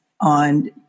on